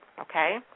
okay